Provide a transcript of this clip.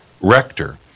rector